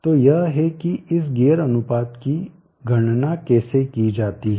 तो यह है कि इस गियर अनुपात की गणना कैसे की जाती है